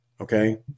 okay